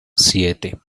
siete